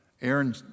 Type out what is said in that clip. Aaron